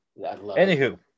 Anywho